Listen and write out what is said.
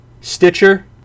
Stitcher